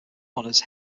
honors